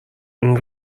این